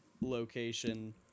location